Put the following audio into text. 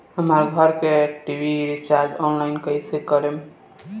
हमार घर के टी.वी रीचार्ज ऑनलाइन कैसे करेम?